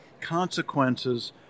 consequences